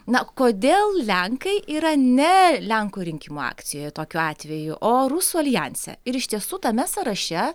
na kodėl lenkai yra ne lenkų rinkimų akcijoje tokiu atveju o rusų aljanse ir iš tiesų tame sąraše